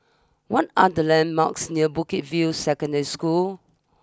what are the landmarks near Bukit view Secondary School